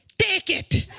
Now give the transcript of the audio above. take it!